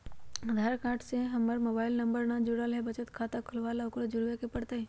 आधार card से हमर mobile number न जुरल है त बचत खाता खुलवा ला उकरो जुड़बे के पड़तई?